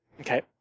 Okay